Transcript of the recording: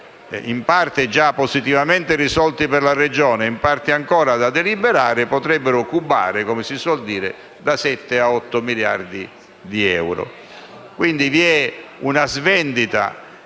in parte già positivamente risolti per la Regione in parte ancora da deliberare, potrebbero cubare - come si suol dire - circa 7-8 miliardi di euro. Vi è quindi una svendita